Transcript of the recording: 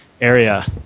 area